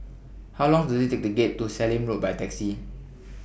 How Long Does IT Take to get to Sallim Road By Taxi